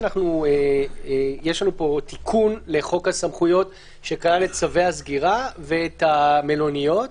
יש לנו פה תיקון לחוק הסמכויות שכלל את צווי הסגירה ואת המלוניות.